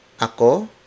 ako